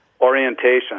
Orientation